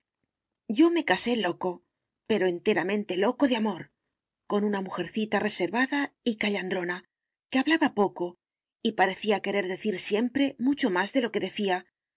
yo me casé loco pero enteramente loco de amor con una mujercita reservada y callandrona que hablaba poco y parecía querer decir siempre mucho más de lo que decía